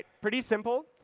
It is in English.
pretty simple.